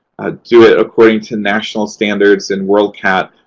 do it according to national standards in worldcat,